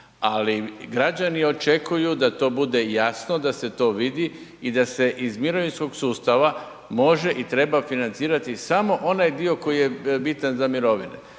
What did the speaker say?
Ali, građani očekuju da to bude jasno, da se to vidi i da se iz mirovinskog sustava može i treba financirati samo ovaj dio koji je bitan za mirovine.